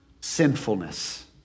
sinfulness